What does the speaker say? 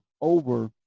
over